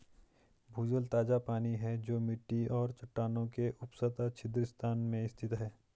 भूजल ताजा पानी है जो मिट्टी और चट्टानों के उपसतह छिद्र स्थान में स्थित है